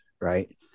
right